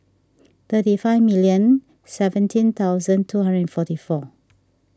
thirty five million seventeen thousand two hundred and forty four